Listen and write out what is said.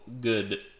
good